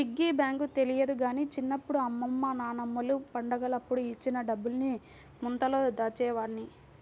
piggy bank తెలియదు గానీ చిన్నప్పుడు అమ్మమ్మ నాన్నమ్మలు పండగలప్పుడు ఇచ్చిన డబ్బుల్ని ముంతలో దాచేవాడ్ని